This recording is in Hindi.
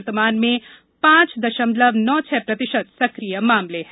वर्तमान में पांच दशमलव नौ छह प्रतिशत सक्रिय मामले हैं